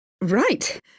right